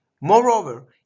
Moreover